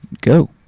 Go